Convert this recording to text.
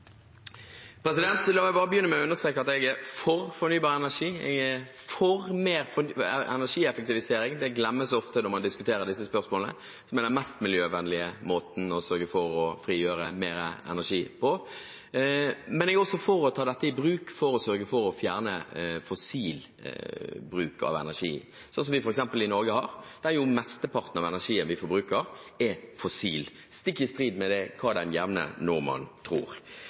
for fornybar energi, jeg er for mer energieffektivisering – det glemmes ofte når man diskuterer disse spørsmålene, men er den mest miljøvennlige måten å sørge for å frigjøre mer energi på. Men jeg er også for å ta dette i bruk for å sørge for å fjerne fossil bruk av energi, sånn som vi har f.eks. i Norge, der mesteparten av energien vi forbruker, er fossil, stikk i strid med hva den jevne nordmann tror.